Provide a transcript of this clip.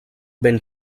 ben